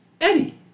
Eddie